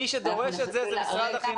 מי שדורש את זה, זה משרד החינוך.